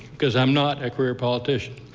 because i'm not a career politician.